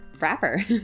rapper